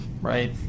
right